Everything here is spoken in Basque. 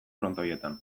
frontoietan